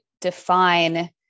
define